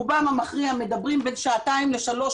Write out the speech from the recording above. רובם המכריע מדברים בין שעתיים לשלוש